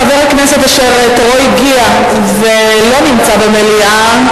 חבר הכנסת אשר תורו הגיע ולא נמצא במליאה,